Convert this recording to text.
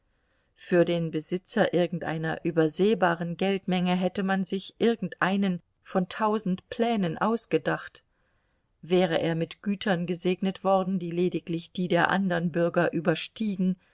für den besitzer irgendeiner übersehbaren geldmenge hätte man sich irgendeinen von tausend plänen ausgedacht wäre er mit gütern gesegnet worden die lediglich die der andern bürger überstiegen